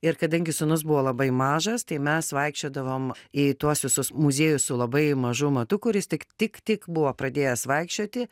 ir kadangi sūnus buvo labai mažas tai mes vaikščiodavom į tuos visus muziejus su labai mažu matu kur jis tik tik tik buvo pradėjęs vaikščioti